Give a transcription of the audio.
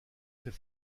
fait